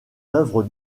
œuvre